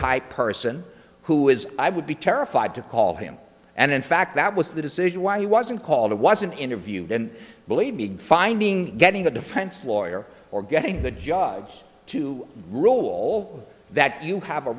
type person who is i would be terrified to call him and in fact that was the decision why he wasn't called it wasn't interviewed and believe being finding getting a defense lawyer or getting the jobs to rule that you have a